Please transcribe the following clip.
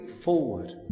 forward